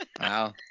wow